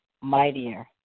mightier